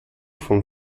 vom